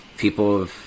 People